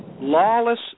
lawless